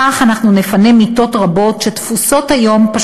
בכך אנחנו נפנה מיטות רבות שתפוסות היום,